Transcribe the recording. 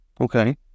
okay